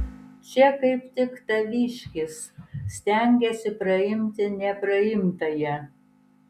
čia kaip tik taviškis stengiasi praimti nepraimtąją